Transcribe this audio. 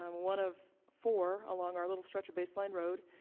um one of four along our little stretch of baseline road,